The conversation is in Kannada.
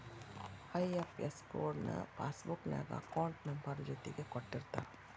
ಐ.ಎಫ್.ಎಸ್ ಕೊಡ್ ನ ಪಾಸ್ಬುಕ್ ನ್ಯಾಗ ಅಕೌಂಟ್ ನಂಬರ್ ಜೊತಿಗೆ ಕೊಟ್ಟಿರ್ತಾರ